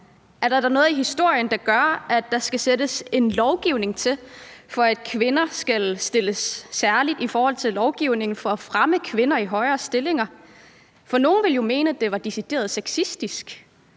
Er der da noget i historien, der gør, at der skal fastsættes en lovgivning for det; at kvinder skal stilles særligt i forhold til lovgivningen for at fremme målet om flere kvinder i højere stillinger? For nogle ville jo mene, at det var decideret sexistisk.